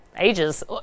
ages